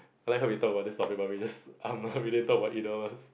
like how we talk about this topic but we just we never really talk about either of us